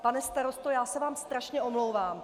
Pane starosto, já se vám strašně omlouvám.